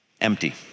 Empty